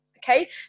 Okay